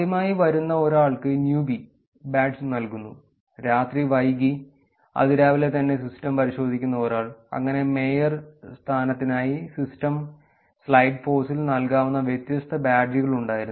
ആദ്യമായി വരുന്ന ഒരാൾക്കു ന്യൂബി ബാഡ്ജ് ലഭിക്കുന്നു രാത്രി വൈകി അതിരാവിലെ തന്നെ സിസ്റ്റം പരിശോധിക്കുന്ന ഒരാൾ അങ്ങനെ മേയർ സ്ഥാനത്തിനായി സിസ്റ്റം സ്ലൈഡ് ഫോഴ്സിൽ നൽകാവുന്ന വ്യത്യസ്ത ബാഡ്ജുകൾ ഉണ്ടായിരുന്നു